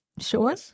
Sure